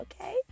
okay